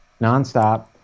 nonstop